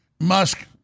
Musk